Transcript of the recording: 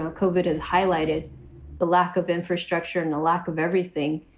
um cogat has highlighted the lack of infrastructure and the lack of everything.